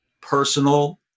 personal